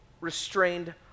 restrained